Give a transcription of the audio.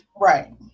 Right